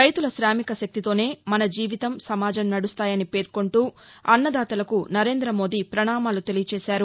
రైతుల శామిక శక్తితోనే మన జీవితం సమాజం నడుస్తాయని పేర్కొంటూ అన్నదాతలకు నరేంద మోదీ పణామాలు తెలియజేశారు